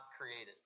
created